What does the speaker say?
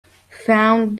found